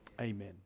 Amen